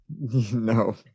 No